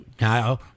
Now